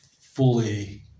Fully